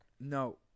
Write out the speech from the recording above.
No